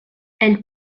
elle